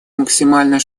максимально